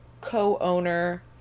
co-owner